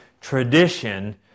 tradition